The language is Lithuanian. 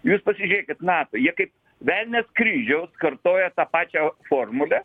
jūs pasižiūrėkit na jie kaip velnias kryžiaus kartoja tą pačią formulę